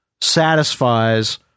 satisfies